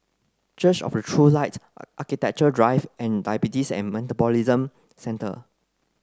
Church of the True Light Architecture Drive and Diabetes and Metabolism Centre